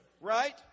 right